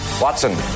Watson